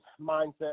mindset